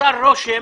ונוצר רושם